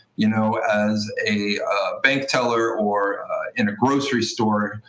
you know, as a bank teller or in a grocery store,